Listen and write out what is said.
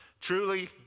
Truly